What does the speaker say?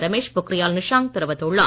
ரமேஷ் பொக்ரியால் நிஷாங்க் தெரிவித்துள்ளார்